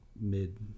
mid